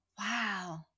Wow